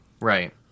Right